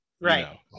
right